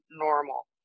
normal